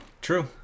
True